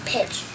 Pitch